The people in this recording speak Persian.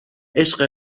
عشق